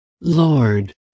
Lord